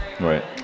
Right